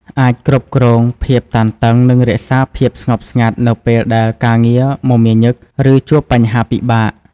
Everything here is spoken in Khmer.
អាចគ្រប់គ្រងភាពតានតឹង និងរក្សាភាពស្ងប់ស្ងាត់នៅពេលដែលការងារមមាញឹក ឬជួបបញ្ហាពិបាក។